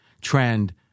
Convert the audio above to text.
trend